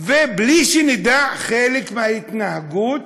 ובלי שנדע, חלק מההתנהגות,